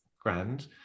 grand